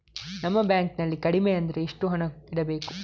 ನಮ್ಮ ಬ್ಯಾಂಕ್ ನಲ್ಲಿ ಕಡಿಮೆ ಅಂದ್ರೆ ಎಷ್ಟು ಹಣ ಇಡಬೇಕು?